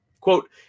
Quote